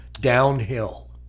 downhill